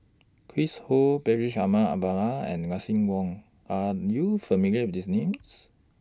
Chris Ho Bashir Ahmad Mallal and Lucien Wang Are YOU familiar with These Names